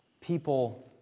people